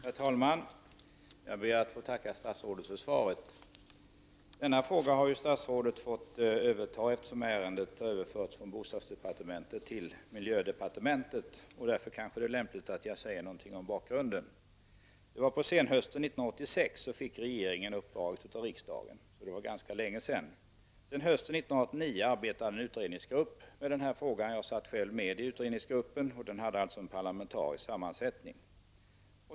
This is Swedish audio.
Herr talman! Jag ber att få tacka statsrådet för svaret. Denna fråga har statsrådet Dahl fått överta, eftersom ärendet har överförts från bostadsdepartementet till miljödepartementet. Därför kanske det är lämpligt att jag säger något om bakgrunden. På senhösten 1986 fick regeringen uppdraget av riksdagen. Det var alltså ganska länge sedan. Sedan hösten 1989 arbetar en utredningsgrupp med denna fråga. Jag satt själv med i utredningsgruppen, som hade en parlamentarisk sammansättning.